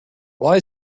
why